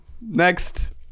Next